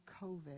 COVID